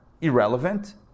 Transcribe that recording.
Irrelevant